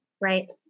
Right